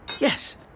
Yes